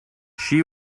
she